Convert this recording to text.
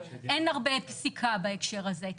אין הרבה פסיקה בהקשר הזה.